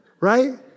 right